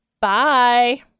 Bye